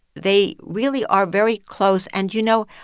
they really are very close. and, you know,